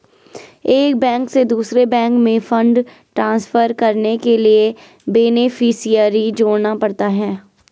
एक बैंक से दूसरे बैंक में फण्ड ट्रांसफर करने के लिए बेनेफिसियरी जोड़ना पड़ता है